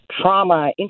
trauma